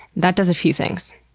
that does a few things.